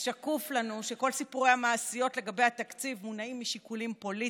אז שקוף לנו שכל סיפורי המעשיות לגבי התקציב מונעים משיקולים פוליטיים.